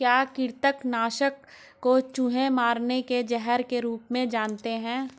क्या कृतंक नाशक को चूहे मारने के जहर के रूप में जानते हैं?